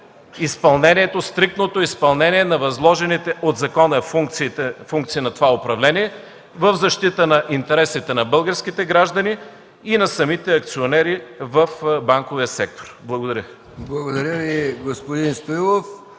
с оглед стриктното изпълнение на възложените от закона функции на това управление в защита на интересите на българските граждани и на самите акционери в банковия сектор. Благодаря. ПРЕДСЕДАТЕЛ МИХАИЛ МИКОВ: Благодаря Ви, господин Стоилов.